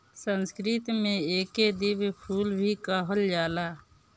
संस्कृत में एके दिव्य फूल भी कहल जाला